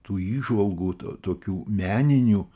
tų įžvalgų tokių meninių